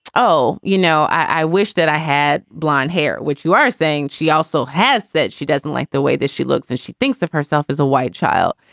oh, you know, i wish that i had blond hair, which you are saying thing. she also has that she doesn't like the way that she looks and she thinks of herself as a white child.